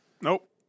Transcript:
Nope